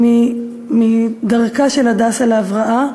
מדרכו של "הדסה" להבראה,